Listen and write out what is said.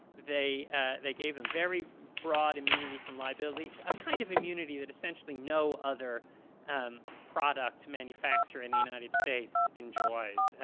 they they gave them very broad immunity from liability, a kind of immunity that essentially no other um product manufacturer in the united states enjoys.